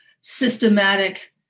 systematic